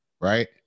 right